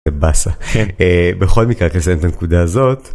בכל מקרה כזה את הנקודה הזאת.